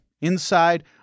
Inside